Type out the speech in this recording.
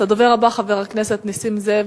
הדובר הבא, חבר הכנסת נסים זאב,